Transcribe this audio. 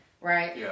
right